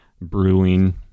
brewing